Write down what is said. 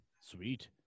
Sweet